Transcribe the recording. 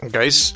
Guys